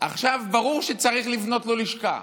עכשיו ברור שצריך לבנות לו לשכה.